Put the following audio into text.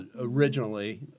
originally